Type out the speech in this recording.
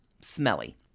Smelly